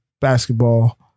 Basketball